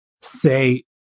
say